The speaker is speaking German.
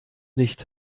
nicht